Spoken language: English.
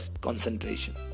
concentration